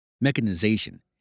mechanization